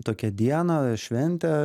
tokią dieną šventę